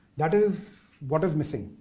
that is what is missing.